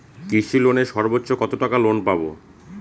কৃষি লোনে সর্বোচ্চ কত টাকা লোন পাবো?